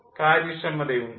19 കാര്യക്ഷമത ഉണ്ട്